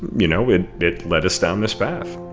you know, it it led us down this path